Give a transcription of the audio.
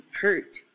hurt